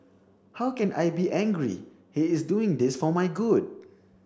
how can I be angry he is doing this for my good